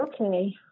okay